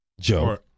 Joe